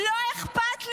לא אכפת לי.